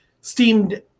steamed